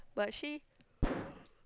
but she